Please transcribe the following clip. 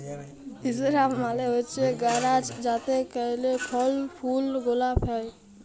ইসরাব মালে হছে গাহাচ যাতে ক্যইরে ফল ফুল গেলাল হ্যয়